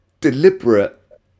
deliberate